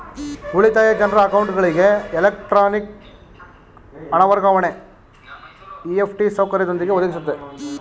ಉಳಿತಾಯ ಜನ್ರ ಅಕೌಂಟ್ಗಳಿಗೆ ಎಲೆಕ್ಟ್ರಾನಿಕ್ ಹಣ ವರ್ಗಾವಣೆ ಇ.ಎಫ್.ಟಿ ಸೌಕರ್ಯದೊಂದಿಗೆ ಒದಗಿಸುತ್ತೆ